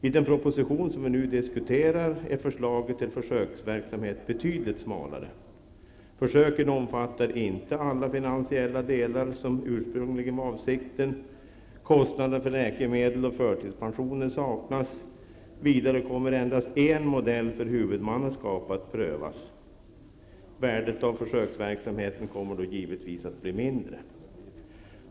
I den proposition som vi nu diskuterar är förslaget till försöksverksamhet betydligt smalare. Försöken omfattar inte alla finansiella delar, som ursprungligen var avsikten. Kostnaderna för läkemedel och förtidspensioner saknas. Vidare kommer endast en modell för huvudmannaskap att prövas. Värdet av försöksverksamheten kommer då givetvis att bli mindre.